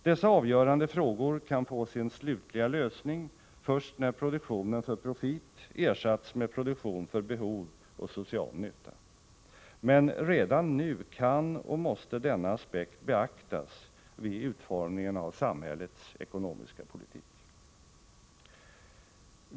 Dessa avgörande frågor kan få sin slutliga lösning först när produktionen för profit ersatts med produktion för behov och social nytta. Men redan nu kan och måste denna aspekt beaktas vid utformningen av samhällets ekonomiska politik.